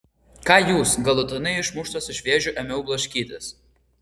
ką jūs galutinai išmuštas iš vėžių ėmiau blaškytis